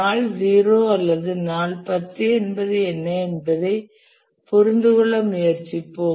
நாள் 0 அல்லது நாள் 10 என்பது என்ன என்பதைப் புரிந்துகொள்ள முயற்சிப்போம்